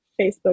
Facebook